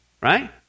right